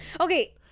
okay